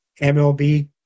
MLB